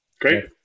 Great